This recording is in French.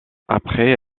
après